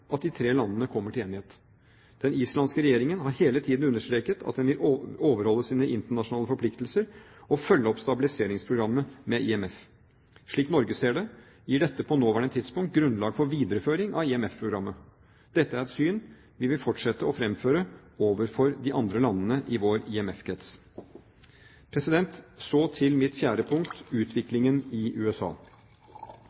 at de tre landene kommer til enighet. Den islandske regjeringen har hele tiden understreket at den vil overholde sine internasjonale forpliktelser og følge opp stabiliseringsprogrammet med IMF. Slik Norge ser det, gir dette på det nåværende tidspunkt grunnlag for videreføring av IMF-programmet. Dette er et syn vi vil fortsette å fremføre overfor de andre landene i vår IMF-krets. Så til mitt fjerde punkt: